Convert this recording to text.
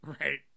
Right